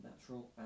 natural